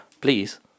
Please